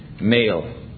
male